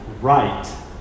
right